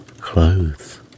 clothes